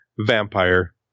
Vampire